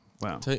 Wow